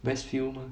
westfield 吗